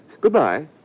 Goodbye